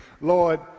Lord